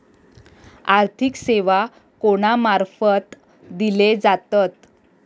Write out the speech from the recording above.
आर्थिक सेवा कोणा मार्फत दिले जातत?